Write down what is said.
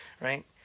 right